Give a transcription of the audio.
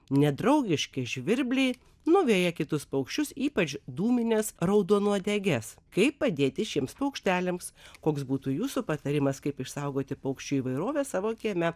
nedraugiški žvirbliai nuveja kitus paukščius ypač dūmines raudonuodeges kaip padėti šiems paukšteliams koks būtų jūsų patarimas kaip išsaugoti paukščių įvairovę savo kieme